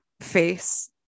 face